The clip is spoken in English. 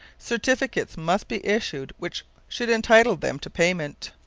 certificates must be issued which should entitle them to payment.